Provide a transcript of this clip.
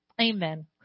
Amen